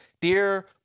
Dear